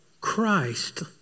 Christ